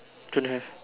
don't have